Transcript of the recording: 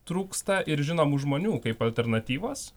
trūksta ir žinomų žmonių kaip alternatyvos